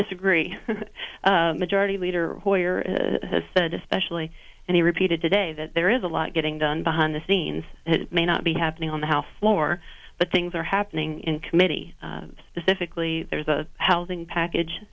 disagree majority leader hoyer has said especially and he repeated today that there is a lot getting done behind the scenes may not be happening on the house floor but things are happening in committee specifically there is a housing package